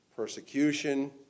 Persecution